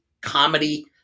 comedy